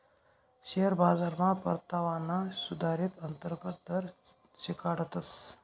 share बाजारमा परतावाना सुधारीत अंतर्गत दर शिकाडतस